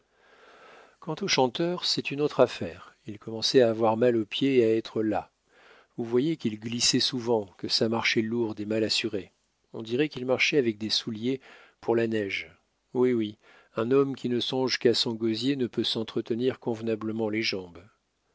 quant au chanteur c'est une autre affaire il commençait à avoir mal aux pieds et à être las vous voyez qu'il glissait souvent que sa marche est lourde et mal assurée on dirait qu'il marchait avec des souliers pour la neige oui oui un homme qui ne songe qu'à son gosier ne peut s'entretenir convenablement les jambes